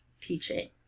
teaching